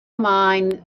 mind